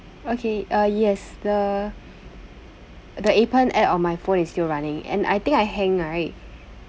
okay uh yes the the appen app on my phone is still running and I think I hang right